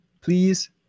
please